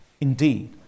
indeed